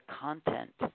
content